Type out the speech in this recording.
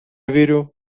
вірю